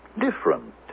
different